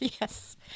Yes